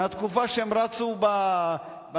מהתקופה שהם רצו במדבר.